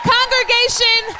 Congregation